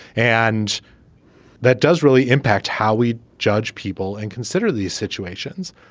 and that does really impact how we judge people and consider these situations.